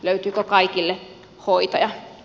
löytyykö kaikille hoitaja